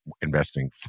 investing